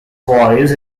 voice